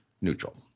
neutral